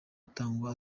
atangwa